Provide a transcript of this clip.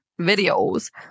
videos